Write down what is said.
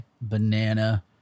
banana